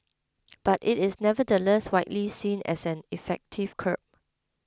but it is nevertheless widely seen as an effective curb